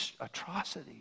atrocities